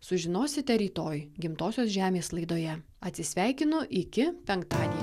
sužinosite rytoj gimtosios žemės laidoje atsisveikinu iki penktadienio